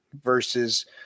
versus